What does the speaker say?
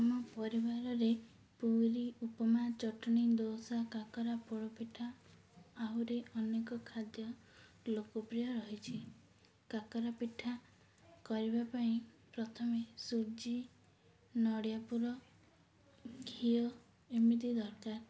ଆମ ପରିବାରରେ ପୁରୀ ଉପମା ଚଟଣୀ ଦୋସା କାକରା ପୋଡ଼ପିଠା ଆହୁରି ଅନେକ ଖାଦ୍ୟ ଲୋକପ୍ରିୟ ରହିଛି କାକରା ପିଠା କରିବା ପାଇଁ ପ୍ରଥମେ ସୁଜି ନଡ଼ିଆପୁର ଘିଅ ଏମିତି ଦରକାର